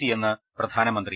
C യെന്ന് പ്രധാനമന്ത്രി